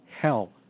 hell